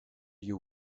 you